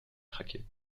craquer